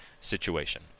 situation